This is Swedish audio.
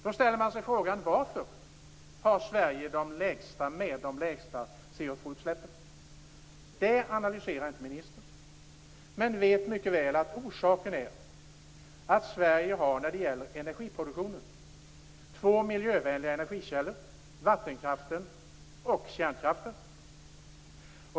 Då ställer man sig frågan: Varför har Sverige ett av de lägsta CO2-utsläppen? Det analyserar inte ministern. Men hon vet mycket väl att orsaken är att Sverige när det gäller energiproduktionen har två miljövänliga energikällor, nämligen vattenkraften och kärnkraften.